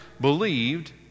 believed